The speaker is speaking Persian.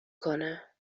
کنه